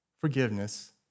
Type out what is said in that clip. forgiveness